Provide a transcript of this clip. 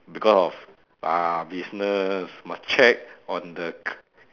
because of pa business must check on the c~